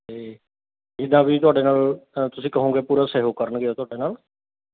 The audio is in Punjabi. ਅਤੇ ਜਿੱਦਾਂ ਵੀ ਤੁਹਾਡੇ ਨਾਲ਼ ਤੁਸੀਂ ਕਹੋਂਗੇ ਪੂਰਾ ਸਹਿਯੋਗ ਕਰਨਗੇ ਉਹ ਤੁਹਾਡੇ ਨਾਲ਼